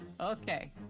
Okay